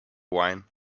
wine